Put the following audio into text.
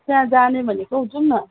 त्यहाँ जाने भनेको हौ जाऔँ न